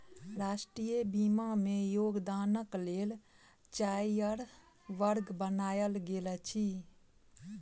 राष्ट्रीय बीमा में योगदानक लेल चाइर वर्ग बनायल गेल अछि